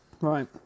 right